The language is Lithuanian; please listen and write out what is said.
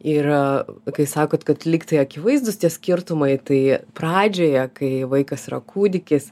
ir kai sakot kad lyg tai akivaizdūs tie skirtumai tai pradžioje kai vaikas yra kūdikis